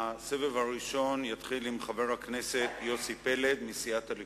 הסבב הראשון יתחיל עם חבר הכנסת יוסי פלד מסיעת הליכוד.